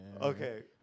Okay